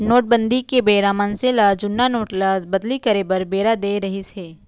नोटबंदी के बेरा मनसे ल जुन्ना नोट ल बदली करे बर बेरा देय रिहिस हे